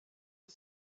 had